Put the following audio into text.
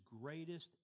greatest